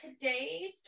today's